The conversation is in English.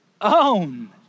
own